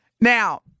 Now